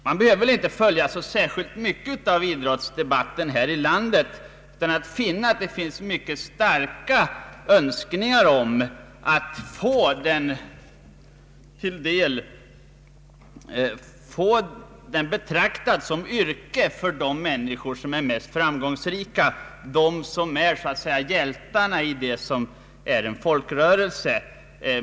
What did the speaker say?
Man behöver inte följa så särskilt mycket av idrottsdebatten här i landet för att märka att det finns mycket starka önskningar om att få idrotten betraktad som ett yrke för de människor som är mest framgångsrika, de som så att säga är hjältarna i det som är en folkrörelse.